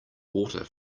water